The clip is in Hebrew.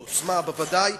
עוצמה, בוודאי.